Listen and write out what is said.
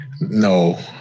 No